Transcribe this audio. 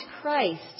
Christ